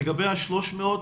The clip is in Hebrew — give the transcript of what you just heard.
לגבי ה-300,